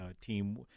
team